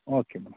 okay madam